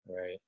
Right